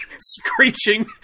screeching